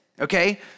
okay